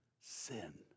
sin